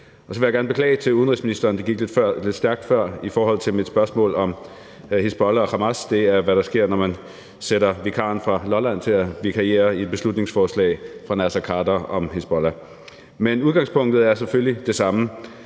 jeg gerne beklage over for udenrigsministeren – det gik lidt stærkt før – vedrørende mit spørgsmål om Hizbollah og Hamas. Det er, hvad der sker, når man sætter vikaren fra Lolland til at vikariere på et beslutningsforslag fra Naser Khader om Hizbollah. Men udgangspunktet er selvfølgelig det samme.